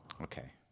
Okay